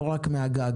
לא רק מהגג.